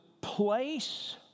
place